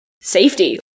safety